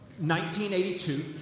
1982